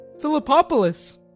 Philippopolis